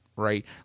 right